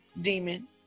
demon